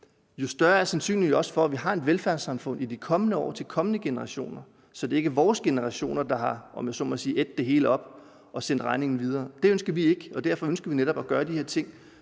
jo større er sandsynligheden jo også for, at vi har et velfærdssamfund i de kommende år, til de kommende generationer, så det ikke er vores generationer, der, om jeg så må sige, har ædt det hele op og har sendt regningen videre. Det ønsker vi ikke. Derfor ønsker vi netop at gøre de her ting